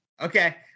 Okay